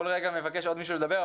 כל רגע מבקש עוד מישהו לדבר,